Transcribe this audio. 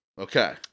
Okay